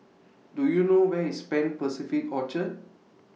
Do YOU know Where IS Pan Pacific Orchard